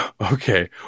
Okay